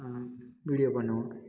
video பண்ணுவோம்